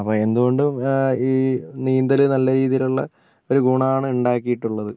അപ്പം എന്തുകൊണ്ടും ഈ നീന്തൽ നല്ല രീതിയിലുള്ള ഒരു ഗുണമാണ് ഉണ്ടാക്കിയിട്ടുള്ളത്